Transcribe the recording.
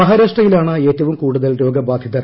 മഹാരാഷ്ട്രയിലാണ് ഏറ്റവും കൂടുതൽ രോഗബാധിതർ